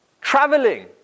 traveling